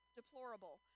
deplorable